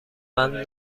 بند